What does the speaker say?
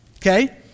okay